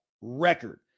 record